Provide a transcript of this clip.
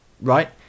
right